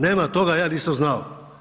Nema toga ja nisam znao.